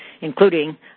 including